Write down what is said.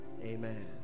Amen